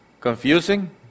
Confusing